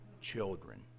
children